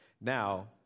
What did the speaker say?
Now